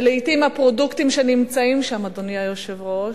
שלעתים הפרודוקטים שנמצאים שם, אדוני היושב-ראש,